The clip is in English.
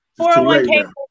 401k